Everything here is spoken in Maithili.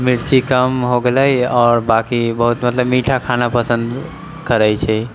मिर्ची कम हो गेलै आओर बाँकी बहुत मतलब मीठा खाना पसंद करैत छै